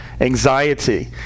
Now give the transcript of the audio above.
Anxiety